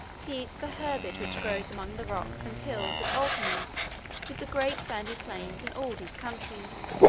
he eats the herbage which grows among the rocks and hills that alternate with the great sandy plains in all these countries.